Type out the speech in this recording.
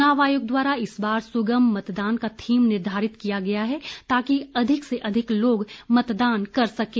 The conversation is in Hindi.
चुनाव आयोग द्वारा इस बार सुगम मतदान का थीम निर्धारित किया गया है ताकि अधिक से अधिक लोग मतदान कर सकें